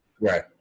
Right